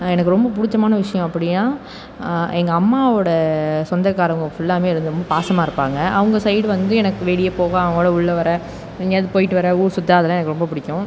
எனக்கு ரொம்ப பிடிச்சமான விஷயம் அப்படின்னா எங்க அம்மாவோட சொந்தக்காரவங்கள் ஃபுல்லாமே இருந்து ரொம்ப பாசமாக இருப்பாங்க அவங்க சைட் வந்து எனக்கு வெளியே போக அவங்களும் உள்ளே வர எங்கேயாவது போயிட்டு வர ஊர் சுத்த அதெல்லாம் எனக்கு ரொம்ப பிடிக்கும்